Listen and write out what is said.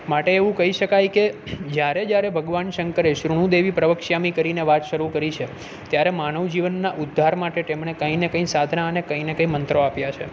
માટે એવું કહી શકાય કે જ્યારે જ્યારે ભગવાન શંકરે શ્રુણું દેવી પ્રવકશ્યામી કરીને વાત શરૂ કરી છે ત્યારે માનવ જીવનના ઉદ્ધાર માટે તેમણે કાંઈને કાંઈ સાધન અને કાંઈને કાંઈ મંત્રો આપ્યા છે